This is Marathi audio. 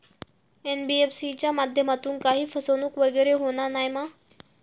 एन.बी.एफ.सी च्या माध्यमातून काही फसवणूक वगैरे होना नाय मा?